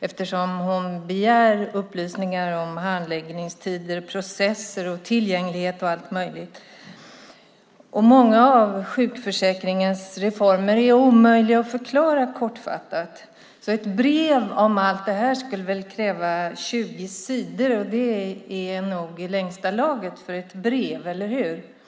eftersom hon begär upplysningar om handläggningstider, processer, tillgänglighet och allt möjligt. Många av sjukförsäkringens reformer är omöjliga att förklara kortfattat, så ett brev om allt detta skulle väl kräva 20 sidor. Det är nog i längsta laget för ett brev, eller hur?